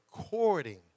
according